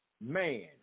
Man